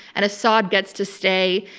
and assad gets to stay.